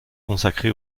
consacré